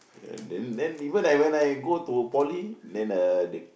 then then even I when I go to poly then uh the